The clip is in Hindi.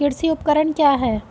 कृषि उपकरण क्या है?